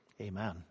Amen